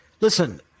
Listen